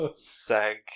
Sag